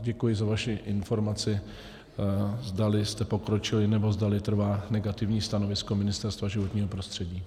Děkuji vám za vaši informaci, zdali jste pokročili, nebo zdali trvá negativní stanovisko Ministerstva životního prostředí.